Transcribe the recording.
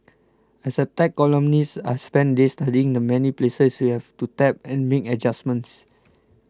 as a tech columnist I've spent days studying the many places you have to tap and make adjustments